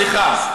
סליחה.